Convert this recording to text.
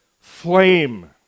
flame